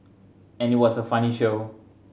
and it was a funny show